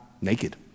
naked